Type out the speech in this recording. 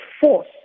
force